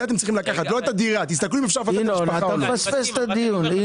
בסוף שנה יש גידול טבעי של זכאים,